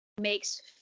makes